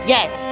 Yes